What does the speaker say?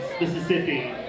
Mississippi